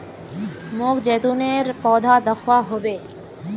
मोक जैतूनेर पौधा दखवा ह बे